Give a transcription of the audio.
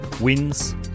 Wins